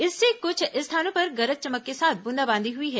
इससे कुछ स्थानों पर गरज चमक के साथ बूंदा बांदी हुई है